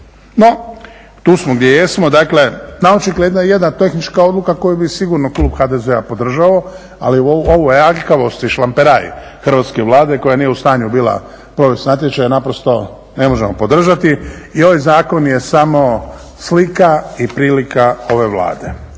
No tu smo gdje jesmo, dakle naočigled jedna tehnička odluka koju bi sigurno klub HDZ-a podržao, ali ovaj aljkavost i šlamperaj hrvatske Vlade koja nije u stanju bila provest natječaj naprosto ne možemo podržati i ovaj zakon je samo slika i prilika ove Vlade.